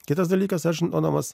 kitas dalykas aš žinodamas